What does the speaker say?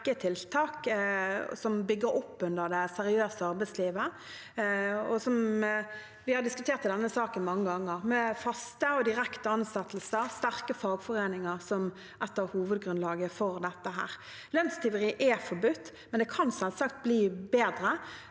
rekke tiltak som bygger opp under det seriøse arbeidslivet, og, som vi har diskutert i denne saken mange ganger, med faste og direkte ansettelser og sterke fagforeninger som et av hovedgrunnlagene for dette. Lønnstyveri er forbudt, men her kan det